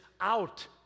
out